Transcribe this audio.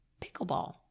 pickleball